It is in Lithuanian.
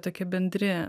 tokie bendri